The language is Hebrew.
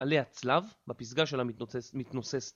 עלי הצלב בפסגה של המתנוססת.